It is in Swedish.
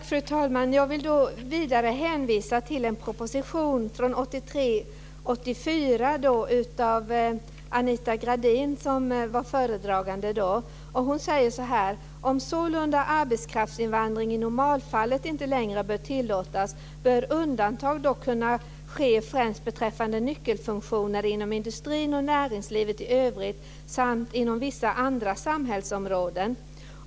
Fru talman! Jag vill vidare hänvisa till en proposition från 1983/84 som skrevs av Anita Gradin. Hon säger: Om sålunda arbetskraftsinvandringen i normalfallet inte längre bör tillåtas bör undantag dock kunna ske främst beträffande nyckelfunktioner inom industrin och näringslivet i övrigt samt inom vissa andra samhällsområden.